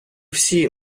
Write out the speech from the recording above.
всі